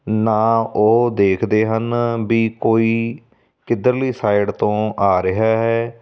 ਨਾ ਉਹ ਦੇਖਦੇ ਹਨ ਵੀ ਕੋਈ ਕਿੱਧਰਲੀ ਸਾਈਡ ਤੋਂ ਆ ਰਿਹਾ ਹੈ